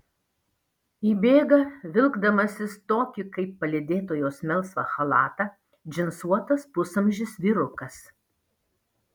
įbėga vilkdamasis tokį kaip palydėtojos melsvą chalatą džinsuotas pusamžis vyrukas